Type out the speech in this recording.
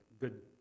good